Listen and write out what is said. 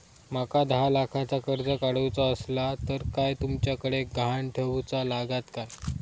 माका दहा लाखाचा कर्ज काढूचा असला तर काय तुमच्याकडे ग्हाण ठेवूचा लागात काय?